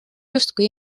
justkui